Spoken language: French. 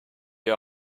est